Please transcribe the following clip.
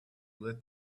lit